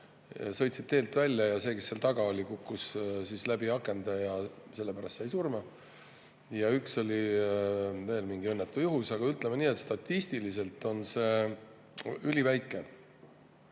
sõitsid teelt välja ja see, kes seal taga oli, kukkus läbi akna ja sellepärast sai surma. Ja üks õnnetu juhus oli veel, aga ütleme nii, et statistiliselt on see üliväike